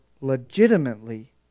legitimately